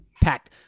Packed